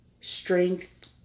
strength